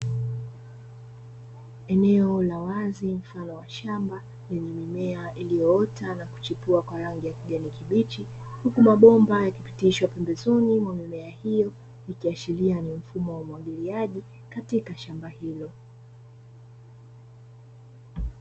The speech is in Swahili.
Eneo la wazi mfano wa shamba lenye mimea iliyoota na kuchipua kwa rangi ya kijani kibichi, huku mabomba yakipitishwa pembezoni mwa mimea hiyo ikiashiria ni mfumo wa umwagiliaji katika shamba hilo.